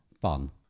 Fun